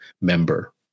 member